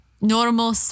normal